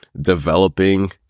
developing